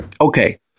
Okay